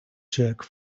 jerk